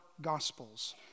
Gospels